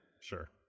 Sure